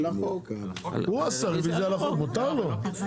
מבחינת ההודעה לח"כים האחרים זה